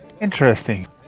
Interesting